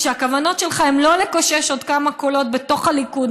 שהכוונות שלך הן לא לקושש עוד כמה קולות בתוך הליכוד,